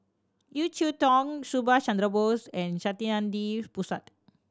Yeo Cheow Tong Subhas Chandra Bose and Saktiandi Supaat